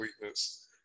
weakness